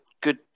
good